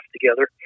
together